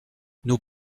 nous